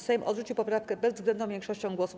Sejm odrzucił poprawkę bezwzględną większością głosów.